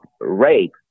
rape